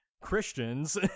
Christians